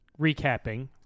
recapping